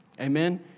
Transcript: Amen